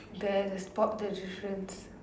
there the spot the difference